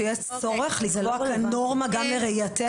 אין ספק שיש צורך לקבוע כאן נורמה גם לראייתנו,